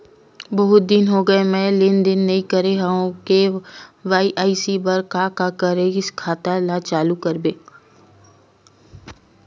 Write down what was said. बहुत दिन हो गए मैं लेनदेन नई करे हाव के.वाई.सी बर का का कइसे खाता ला चालू करेबर?